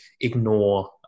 ignore